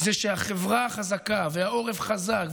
שהחברה חזקה והעורף חזק,